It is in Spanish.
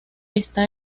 está